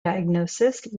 diagnosis